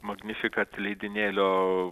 magnifikat leidinėlio